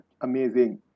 Amazing